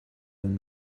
than